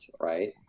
right